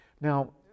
Now